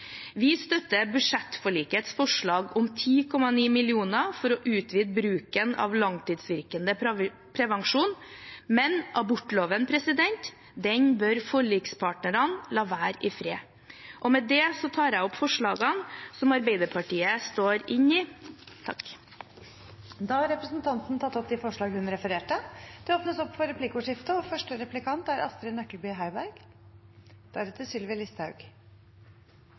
Vi støtter budsjettforlikets forslag om 10,9 mill. kr for å utvide bruken av langtidsvirkende prevensjon, men abortloven bør forlikspartnerne la være i fred. Med det tar jeg opp forslagene som Arbeiderpartiet står inne i. Representanten Ingvild Kjerkol har tatt opp de forslagene hun refererte til. Det blir replikkordskifte. Kvalitetsreformen «Leve hele livet» burde ligge Arbeiderpartiets hjerte nær, for her er